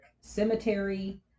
cemetery